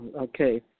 okay